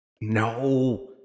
No